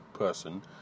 person